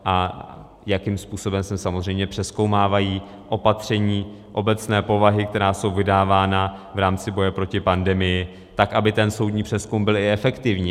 A jakým způsobem se samozřejmě přezkoumávají opatření obecné povahy, která jsou vydávána v rámci boje proti pandemii, tak aby ten soudní přezkum byl i efektivní.